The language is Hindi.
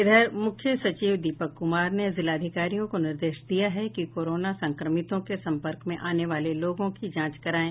इधर मुख्य सचिव दीपक कुमार ने जिलाधिकारियों को निर्देश दिया है कि कोरोना संक्रमितों के सम्पर्क में आने वाले लोगों की जांच करायें